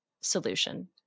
solution